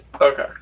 Okay